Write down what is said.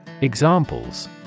Examples